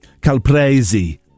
Calpresi